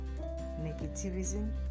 negativism